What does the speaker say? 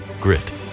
grit